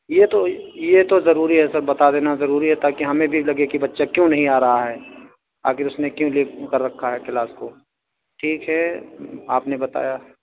یہ تو یہ تو ضروری ہے سر بتا دینا ضروری ہے تاکہ ہمیں بھی لگے کہ بچہ کیوں نہیں آ رہا ہے آخر اس نے کیوں لیو کر رکھا ہے کلاس کو ٹھیک ہے آپ نے بتایا